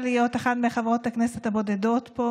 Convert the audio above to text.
מאוד להיות אחת מחברות הכנסת הבודדות פה,